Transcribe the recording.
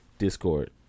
Discord